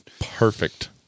Perfect